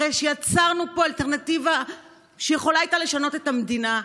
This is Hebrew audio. אחרי שיצרנו פה אלטרנטיבה שהייתה יכולה לשנות את המדינה,